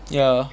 ya